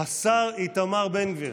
השר איתמר בן גביר.